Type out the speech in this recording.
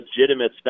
legitimate